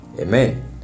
Amen